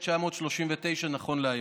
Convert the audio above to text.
97,939 נכון להיום.